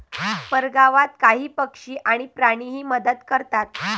परगावात काही पक्षी आणि प्राणीही मदत करतात